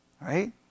right